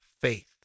faith